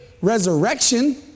resurrection